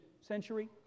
century